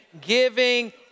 giving